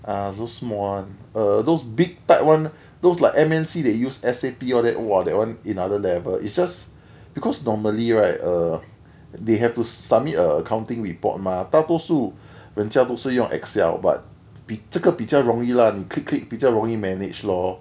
ah so small one err those big type one those like M_N_C they use S_A_P all that !wah! that one in other level it's just because normally right or they have to submit accounting report mah 大多数用人家都是用 excel but 这个比较容易 lah 你 click click 比较容易 manage lor